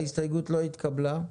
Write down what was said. ההסתייגות לא התקבלה.